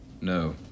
No